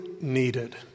needed